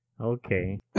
Okay